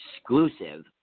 exclusive